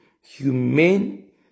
humane